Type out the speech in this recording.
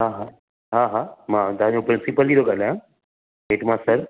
हा हा हा हा मां तव्हां जो प्रिंसिपल ई थो गाल्हांया हेड मास्टर